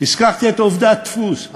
את עובדי הדפוס.